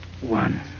One